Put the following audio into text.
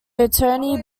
attorney